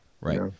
right